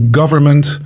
government